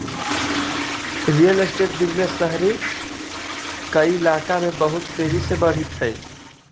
real estate business शहरी कइलाका में बहुत तेजी से बढ़ित हई